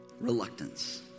reluctance